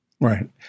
Right